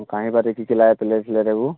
কাঁইী বাতি কি কি লাগে প্লেট শ্লেট সেইবোৰ